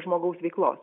žmogaus veiklos